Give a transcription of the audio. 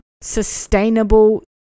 sustainable